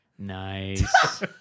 Nice